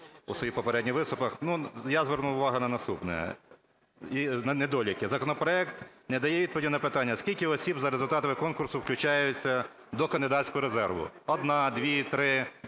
у своїх попередніх виступах, я зверну увагу на наступне і на недоліки. Законопроект не дає відповіді на питання: скільки осіб за результатами конкурсу включаються до кандидатського резерву – одна, дві, три,